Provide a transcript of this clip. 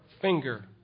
finger